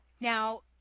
Now